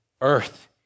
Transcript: earth